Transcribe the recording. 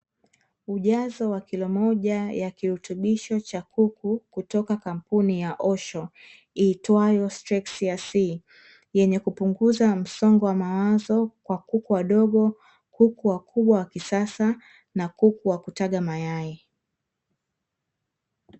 Ujazo wa kilo moja ya kirutubisho cha kuku kutoka kampuni ya Osho iitwayo Strexia C, yenye kupunguza msongo wa mawazo kwa kuku wadogo, kuku wakubwa wa kisasa na kuku wa kutaga mayai.